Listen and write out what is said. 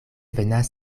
venas